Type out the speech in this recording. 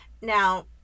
Now